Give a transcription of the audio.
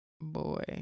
Boy